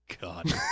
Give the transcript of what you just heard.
God